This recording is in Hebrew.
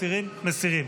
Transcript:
מסירים.